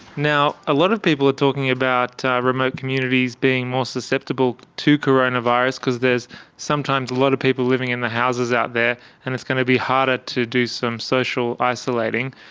now, a lot of people are talking about remote communities being more susceptible to coronavirus because there's sometimes a lot of people living in the houses out there and it's gonna be harder to do some social isolating.